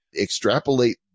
Extrapolate